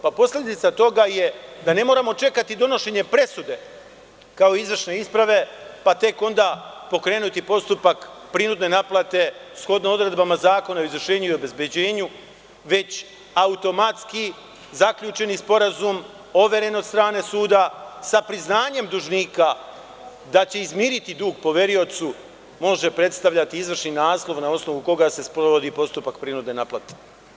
Posledica toga je da ne moramo čekati donošenje presude, kao izvršne isprave, pa tek onda pokrenuti postupak prinudne naplate, shodno odredbama Zakona o izvršenju i obezbeđenju, već automatski zaključeni sporazum, overen od strane suda, sa priznanjem dužnika da će izmiriti dug poveriocu može predstavljati izvršni naslov na osnovu koga se sprovodi postupak prinudne naplate.